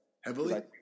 Heavily